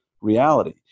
reality